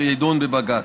שתידון בבג"ץ.